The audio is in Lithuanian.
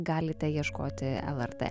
galite ieškoti lrt